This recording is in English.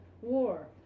war